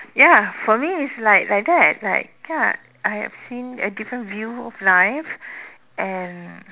ya for me it's like like that like ya I've seen a different view of life and